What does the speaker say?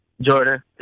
Jordan